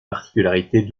particularités